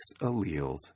alleles